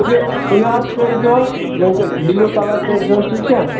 تُلِو حظ کٔرۍزِہوٚس وٕنۍکٮ۪س بِلیوٗ کَلر کٔرۍزِہوٚس ٹھیٖک چھا